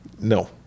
no